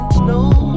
No